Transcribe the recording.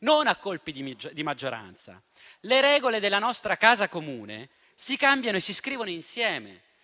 non a colpi di maggioranza. Le regole della nostra casa comune si cambiano e si scrivono insieme,